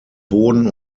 boden